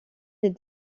des